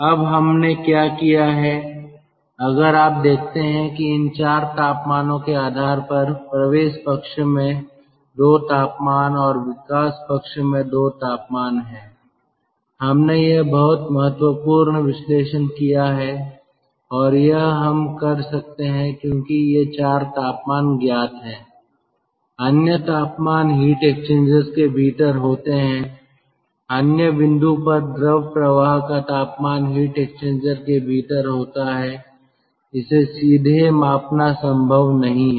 अब हमने क्या किया है अगर आप देखते हैं कि इन 4 तापमानों के आधार पर प्रवेश पक्ष में 2 तापमान और विकास पक्ष में 2 तापमान है हमने यह बहुत महत्वपूर्ण विश्लेषण किया है और यह हम कर सकते हैं क्योंकि ये 4 तापमान ज्ञात है अन्य तापमान हीट एक्सचेंजर्स के भीतर होते हैं अन्य बिंदु पर द्रव प्रवाह का तापमान हीट एक्सचेंजर के भीतर होता है इसे सीधे मापना संभव नहीं है